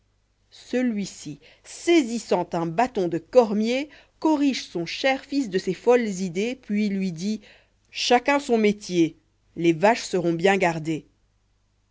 celui-ci saisissant un bâton de cormier corrige son cher fils de ses folles idées puis lui dit chacun son métier les vaches seront bien gardées